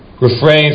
refrain